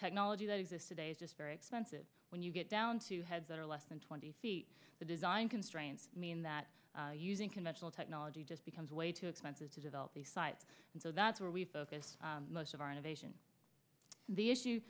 technology that exists today is very expensive when you get down to heads that are less than twenty feet the design constraints mean that using conventional technology just becomes way too expensive to develop the site and so that's where we focus most of our innovation the issue